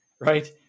Right